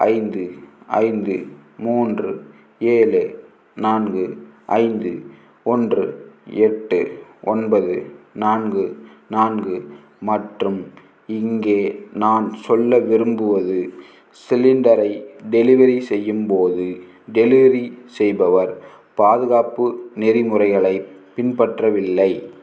ஐந்து ஐந்து மூன்று ஏழு நான்கு ஐந்து ஒன்று எட்டு ஒன்பது நான்கு நான்கு மற்றும் இங்கே நான் சொல்ல விரும்புவது சிலிண்டரை டெலிவரி செய்யும் போது டெலிவரி செய்பவர் பாதுகாப்பு நெறிமுறைகளை பின்பற்றவில்லை